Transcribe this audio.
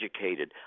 educated